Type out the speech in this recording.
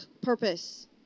purpose